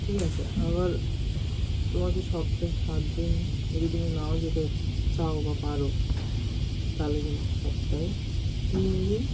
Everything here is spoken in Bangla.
ঠিক আছে আবার তোমাকে সপ্তাহে সাত দিন যদি তুমি নাও যেতে চাও বা পারো তাহলে কিন্তু সপ্তাহে তিন দিন